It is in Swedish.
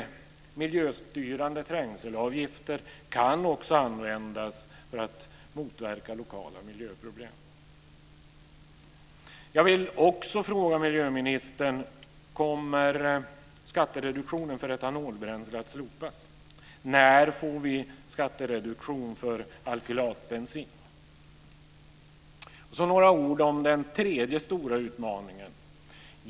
Miljöstyrande trängselavgifter kan också användas för att motverka lokala miljöproblem. Så några ord om den tredje stora utmaningen.